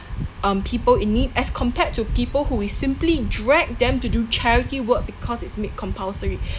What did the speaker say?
um people in need as compared to people who is simply drag them to do charity work because it's made compulsory